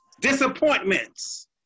Disappointments